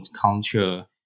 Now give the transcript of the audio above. culture